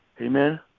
Amen